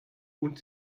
und